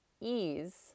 ease